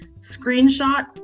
screenshot